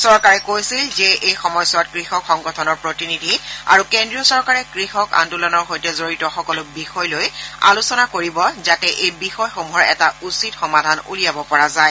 চৰকাৰে কৈছিল যে এই সময়চোৱাত কৃষক সংগঠনৰ প্ৰতিনিধি আৰু কেন্দ্ৰীয় চৰকাৰে কৃষক আন্দোলনৰ সৈতে জড়িত সকলো বিষয় লৈ আলোচনা কৰিব যাতে এই বিষয়সমূহৰ এটা উচিত সমাধান উলিয়াব পৰা যায়